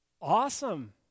Awesome